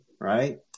right